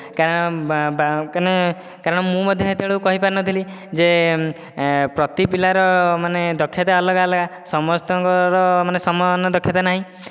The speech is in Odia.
କାରଣ କାରଣ ମୁଁ ମଧ୍ୟ ସେତେବେଳକୁ କହିପାରୁନଥିଲି ଯେ ପ୍ରତି ପିଲାର ମାନେ ଦକ୍ଷତା ଅଲଗା ଅଲଗା ସମସ୍ତଙ୍କର ମାନେ ସମାନ ଦକ୍ଷତା ନାହିଁ